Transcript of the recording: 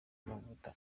amavuta